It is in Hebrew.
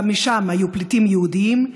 גם משם היו פליטים יהודים.